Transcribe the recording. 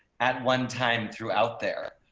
at one time through out there.